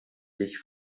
dich